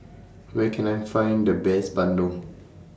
Where Can I Find The Best Bandung